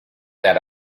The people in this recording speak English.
that